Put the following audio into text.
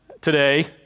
today